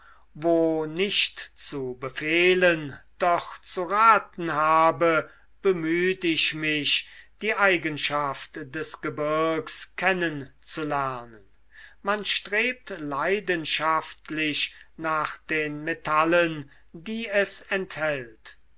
wo nicht zu befehlen doch zu raten habe bemüht ich mich die eigenschaft des gebirgs kennen zu lernen man strebt leidenschaftlich nach den metallen die es enthält